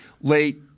late